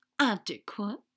adequate